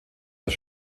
das